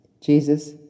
Jesus